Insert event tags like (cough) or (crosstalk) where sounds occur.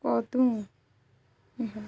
(unintelligible)